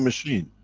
machine.